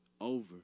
over